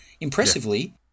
impressively